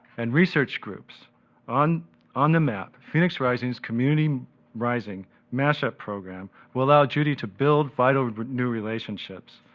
and research groups on on the map, phoenix rising's community rising mashup program will allow judy to build vital new relationships,